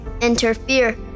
interfere